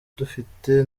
dufite